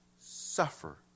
suffer